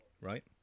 right